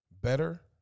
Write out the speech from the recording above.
better